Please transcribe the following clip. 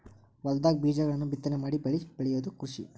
ಹೊಲದಾಗ ಬೇಜಗಳನ್ನ ಬಿತ್ತನೆ ಮಾಡಿ ಬೆಳಿ ಬೆಳಿಯುದ ಕೃಷಿ